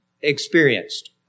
experienced